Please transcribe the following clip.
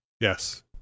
Yes